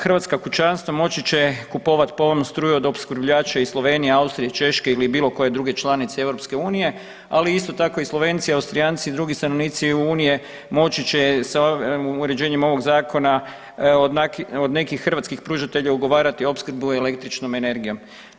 Hrvatska kućanstva moći će kupovati povoljnu struju od opskrbljivača iz Slovenije, Austrije, Češke ili bilo koje druge članice EU, ali isto tako i Slovenci, Austrijanci i drugi stanovnici Unije moći će sa uređenjem ovog Zakona od nekih hrvatskih pružatelja ugovarati opskrbu električnom energijom.